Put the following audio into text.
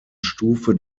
stufe